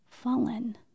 Fallen